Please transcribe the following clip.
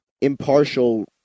impartial